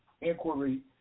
inquiry